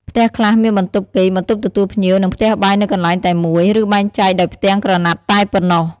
ផ្ទះខ្លះមានបន្ទប់គេង បន្ទប់ទទួលភ្ញៀវ និងផ្ទះបាយនៅកន្លែងតែមួយ ឬបែងចែកដោយផ្ទាំងក្រណាត់តែប៉ុណ្ណោះ។